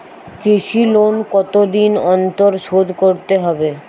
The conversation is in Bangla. কৃষি লোন কতদিন অন্তর শোধ করতে হবে?